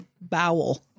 bowel